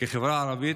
החברה הערבית,